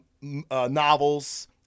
novels